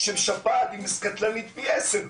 שפעת היא קטלנית פי עשרה,